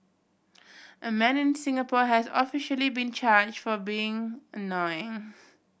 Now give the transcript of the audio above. a man in Singapore has officially been charged for being annoying